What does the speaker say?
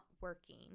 working